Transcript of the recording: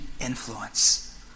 influence